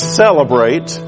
celebrate